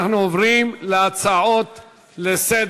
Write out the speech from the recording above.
אנחנו עוברים להצעות לסדר-היום.